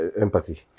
Empathy